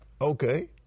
Okay